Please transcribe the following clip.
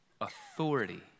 authority